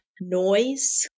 noise